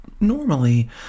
normally